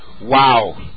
wow